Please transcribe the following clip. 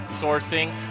sourcing